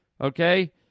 Okay